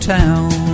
town